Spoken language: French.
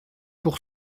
pour